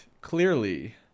clearly